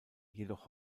jedoch